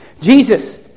Jesus